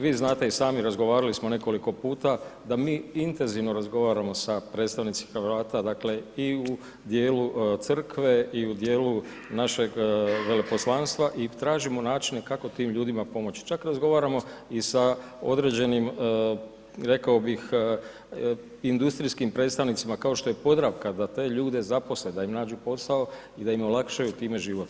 Vi znate i sami razgovarali smo nekoliko puta da mi intenzivno razgovaramo sa predstavnicima Hrvata i u dijelu Crkve i u dijelu našeg veleposlanstva i tražimo načine kako tim ljudima pomoći, čak razgovaramo i sa određenim rekao bih industrijskim predstavnicima kao što je Podravka da te ljude zaposle, da im nađu posao i da im olakšaju time život.